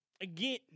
Again